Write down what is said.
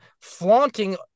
flaunting